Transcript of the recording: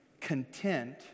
content